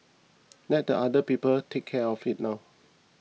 let the other people take care of it now